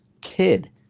kid